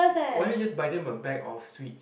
why don't just buy them a bag of sweets